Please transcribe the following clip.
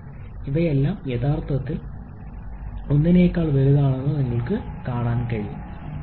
𝑟𝑝 𝑝𝑥 𝑝2 അവയെല്ലാം യഥാർത്ഥത്തിൽ 1 നേക്കാൾ വലുതാണെന്ന് നിങ്ങൾക്ക് കാണാൻ കഴിയും